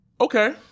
Okay